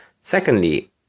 Secondly